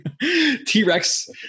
T-Rex